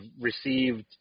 received